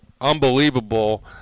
unbelievable